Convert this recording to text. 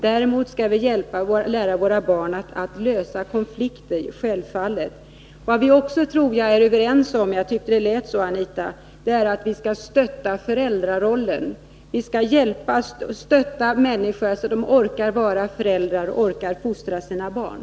Däremot skall vi självfallet lära våra barn att lösa konflikter. Vad vi väl också är överens om — jag tyckte att det lät så på Anita Persson — är att vi skall stötta föräldrarollen. Vi skall stötta människor så att de orkar vara föräldrar och fostra sina barn.